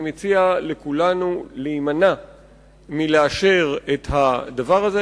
אני מציע לכולנו להימנע מלאשר את הדבר הזה,